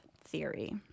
theory